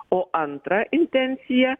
o antra intencija